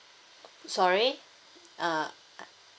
sorry uh